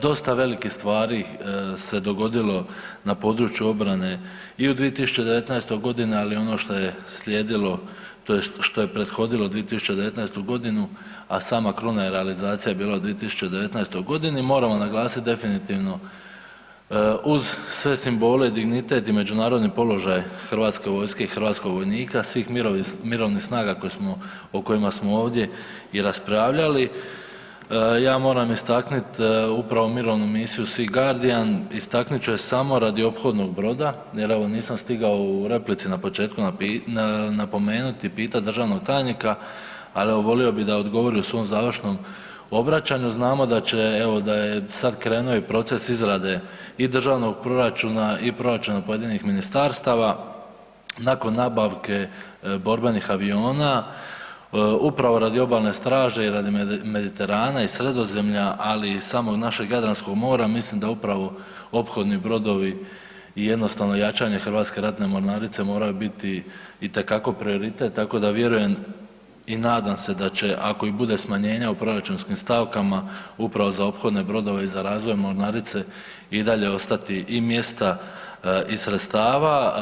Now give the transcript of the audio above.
Dosta velike stvari se dogodilo na području obrane i u 2019. godini, ali ono što je slijedilo tj. što je prethodilo 2019. godinu, a sama kruna je realizacija bila u 2019. godini moramo naglasiti definitivno uz sve simbole, dignitet i međunarodni položaj Hrvatske vojske i hrvatskog vojnika, svih mirovnih snaga koje smo, o kojima smo ovdje i raspravljali, ja moram istaknuti upravo mirovnu misiju Sea Guardian, istaknut ću je samo radi ophodnog broda jer ovo nisam stigao u replici na početku napomenuti, pitati državnog tajnika, ali evo volio bi da odgovori u svom završnom obraćanju, znamo da će, evo da je sad krenuo i proces izrade i državnog proračuna, i proračuna pojedinih ministarstava, nakon nabavke borbenih aviona upravo radi obalne straže i radi Mediterana, i Sredozemlja, ali i samog našeg Jadranskog mora, mislim da upravo ophodni brodovi i jednostavno jačanje Hrvatske ratne mornarice morao je biti itekako prioritet, tako da vjerujem i nadam se da će ako i bude smanjenja u proračunskim stavkama, upravo za ophodne brodove i za razvoj mornarice i dalje ostati i mjesta, i sredstava.